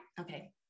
okay